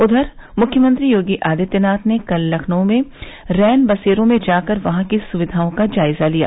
उद्यर मुख्यमंत्री योगी आदित्यनाथ ने कल लखनऊ में रैनबसेरों में जाकर वहां की सुविधाओं को जायजा लिया